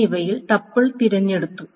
എന്നിവയിൽ ടപ്പിൾ തിരഞ്ഞെടുത്തു